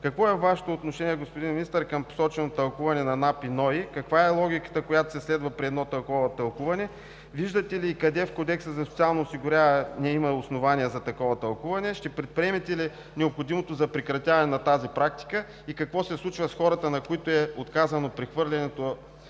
Какво е Вашето отношение, господин Министър, към посоченото тълкуване на НАП и НОИ? Каква е логиката, която се следва при едно такова тълкуване? Виждате ли, и къде, в Кодекса за социално осигуряване да има основание за такова тълкуване? Ще предприемете ли необходимото за прекратяване на тази практика и какво се случва с хората, на които е отказано прехвърлянето